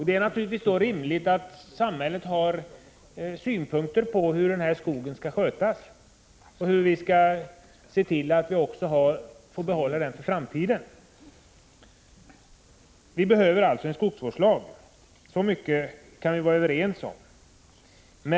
Det är naturligtvis mot denna bakgrund rimligt att samhället har synpunkter på hur våra skogar skall skötas och på de åtgärder som behövs för att vi skall få behålla dem också i framtiden. Vi behöver alltså en skogsvårdslag — det kan vi vara överens om.